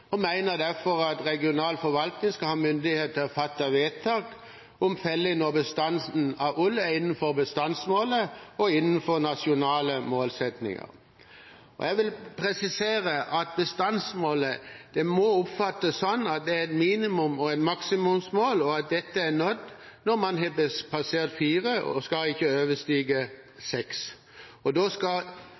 og derfor mener at regional forvaltning skal ha myndighet til å fatte vedtak om felling og om hvorvidt bestanden av ulv er innenfor både bestandsmålet og nasjonale målsettinger. Jeg vil presisere at bestandsmålet må oppfattes som et minimums- og et maksimumsmål, og at dette er nådd når man har passert fire og skal ikke overstige seks. Da skal